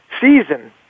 season